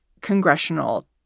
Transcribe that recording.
congressional